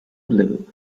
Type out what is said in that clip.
blue